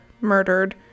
murdered